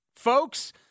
Folks